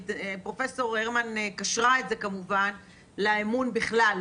כי פרופ' הרמן קשרה את זה כמובן לאמון בכלל,